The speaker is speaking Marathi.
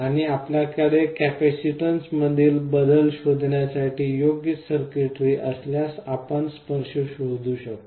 आणि आपल्याकडे कॅपेसिटन्समधील बदल शोधण्यासाठी योग्य सर्किटरी असल्यास आपण स्पर्श शोधू शकता